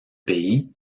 pays